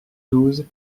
douze